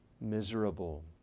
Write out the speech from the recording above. miserable